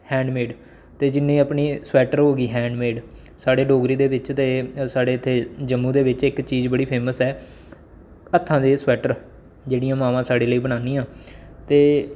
handmade ते जि'न्नी अपनी स्वेटर होई गेई हैंडमेड साढ़े डोगरी दे बिच ते एह् साढ़े इ'त्थें जम्मू दे बिच इक चीज़ बड़ी फेमस ऐ हत्थां दे स्वेटर जेहड़ियां मावां साढ़े लेई बनांदियां ते